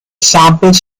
samples